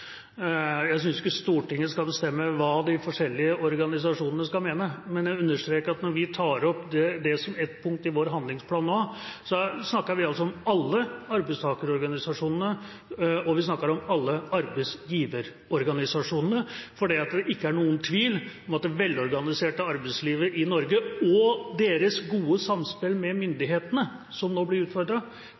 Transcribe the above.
Jeg synes ikke Stortinget skal bestemme hva de forskjellige organisasjonene skal mene. Men jeg vil understreke at når vi tar det opp som et punkt i vår handlingsplan nå, snakker vi om alle arbeidstakerorganisasjonene, og vi snakker om alle arbeidsgiverorganisasjonene, for det er ingen tvil om at det velorganiserte arbeidslivet i Norge og det gode samspillet med myndighetene, som nå blir